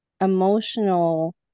emotional